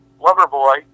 Loverboy